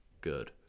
good